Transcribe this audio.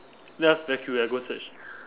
just very curious I go search